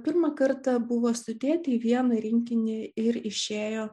pirmą kartą buvo sudėti į vieną rinkinį ir išėjo